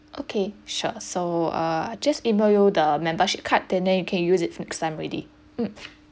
okay sure so uh I'll just email you the membership card then uh you can use it for next time already